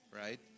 Right